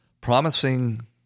promising